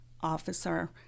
officer